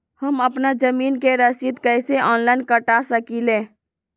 हम अपना जमीन के रसीद कईसे ऑनलाइन कटा सकिले?